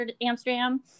Amsterdam